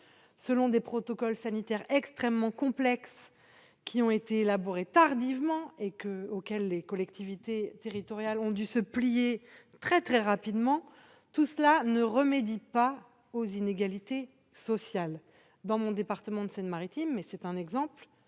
par des protocoles sanitaires extrêmement complexes, élaborés tardivement et auxquels les collectivités territoriales ont dû se plier très rapidement, ne remédie pas aux inégalités sociales. Dans mon département de la Seine-Maritime, par exemple,